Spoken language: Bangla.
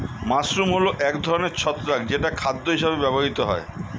মাশরুম হল এক ধরনের ছত্রাক যেটা খাদ্য হিসেবে ব্যবহৃত হয়